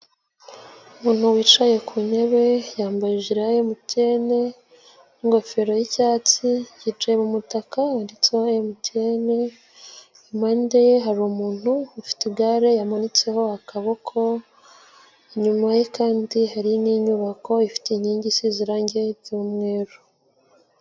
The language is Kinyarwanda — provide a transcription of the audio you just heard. Umuntu wicaye ku ntebe yambaye ijile ya MTN n'ingofero y'icyatsi. Yicaye mu mutaka wanditseho MTN. Inyuma ye hari umuntu ufite igare yamanitseho akaboko. Inyuma ye kandi hari n'inyubako ifite inkingi isize irangi ry'umweru.